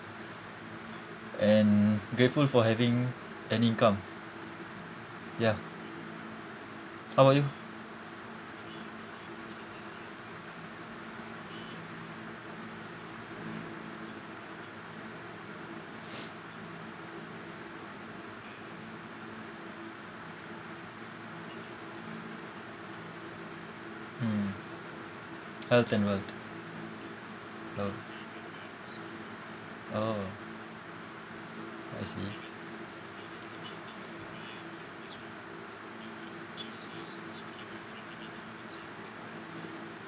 and grateful for having an income ya how about you mm health and wealth oh oh I see7